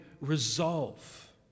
resolve